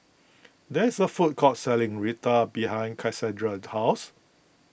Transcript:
there is a food court selling Raita behind Casandra's house